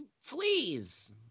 fleas